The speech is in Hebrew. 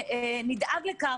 ונדאג לכך,